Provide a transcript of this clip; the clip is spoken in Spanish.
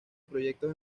proyectos